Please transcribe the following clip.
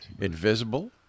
Invisible